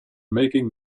making